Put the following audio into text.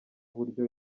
buryo